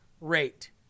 rate